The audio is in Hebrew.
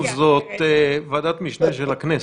זו ועדת משנה של הכנסת.